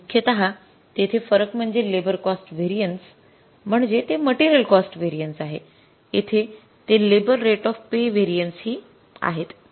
परंतु मुख्यतः तेथे फरक म्हणजे लेबर कॉस्ट व्हेरिएन्सेस म्हणजे ते मटेरियल कॉस्ट व्हेरिएन्सेस आहे येथे ते labour rate of pay variances हि आहेत